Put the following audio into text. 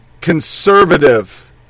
conservative